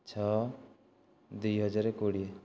ଛଅ ଦୁଇ ହଜାର କୋଡ଼ିଏ